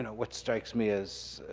and what strikes me as,